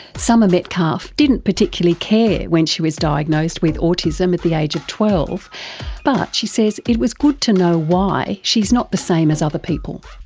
summer metcalfe didn't particularly care when she was diagnosed with autism at the age of twelve but, she says, it was good to know why she's not the same as other people.